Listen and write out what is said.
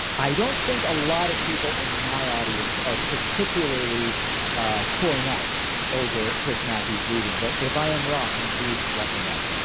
i don't think a lot of people in my audience are particularly torn up over chris matthews leaving, but if i am wrong, indeed, let me know.